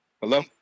Hello